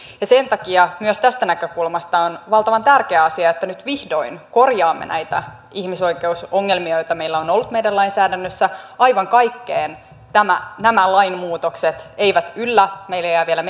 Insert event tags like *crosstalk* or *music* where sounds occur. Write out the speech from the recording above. ja sen takia myös tästä näkökulmasta on valtavan tärkeä asia että nyt vihdoin korjaamme näitä ihmisoikeusongelmia joita meillä on ollut meidän lainsäädännössä aivan kaikkeen nämä lainmuutokset eivät yllä meille jää vielä *unintelligible*